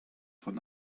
von